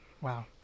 Wow